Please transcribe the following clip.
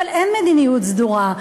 אבל אין מדיניות סדורה.